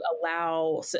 allow